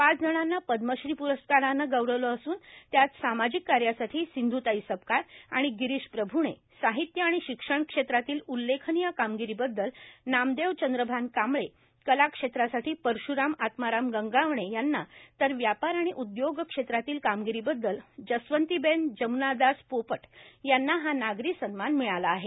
पाच जणांना पद्मश्री प्रस्कारानं गौरवलं असून त्यात सामाजिक कार्यासाठी सिंधूताई सपकाळ आणि गिरिष प्रभ्णे साहित्य आणि शिक्षण क्षेत्रातल्या उल्लेखनीय कामगिरीबद्दल नामदेव चंद्रभान कांबळे कला क्षेत्रासाठी परश्राम आत्माराम गंगावणे यांना तर व्यापार आणि उदयोग क्षेत्रातल्या कामगिरीबददल जसवंतिबेन जमुनादास पोपट यांना हा नागरी सन्मान मिळाला आहे